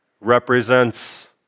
represents